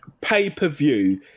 pay-per-view